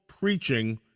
preaching